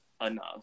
enough